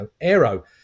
aero